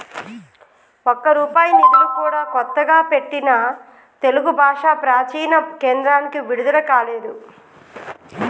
ఒక్క రూపాయి నిధులు కూడా కొత్తగా పెట్టిన తెలుగు భాషా ప్రాచీన కేంద్రానికి విడుదల కాలేదు